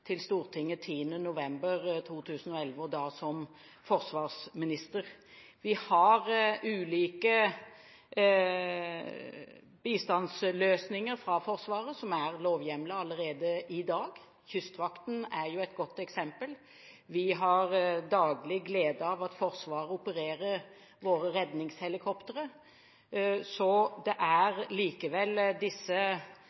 til Stortinget 10. november 2011, da som forsvarsminister. Vi har ulike bistandsløsninger fra Forsvaret som er lovhjemlet allerede i dag. Kystvakten er et godt eksempel, og vi har daglig glede av at Forsvaret opererer våre redningshelikoptre. Det er